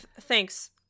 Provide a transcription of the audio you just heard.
thanks